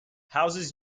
houses